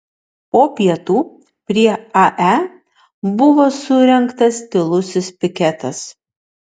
po pietų prie ae buvo surengtas tylusis piketas